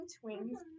twins